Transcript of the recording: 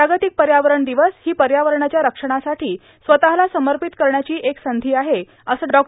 जागतिक पर्यावरण दिवस ही पर्यावरणाच्या रब्वणासाठी स्वतःला समर्पित करण्याची एक संधी आहे असं डॉ